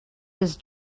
this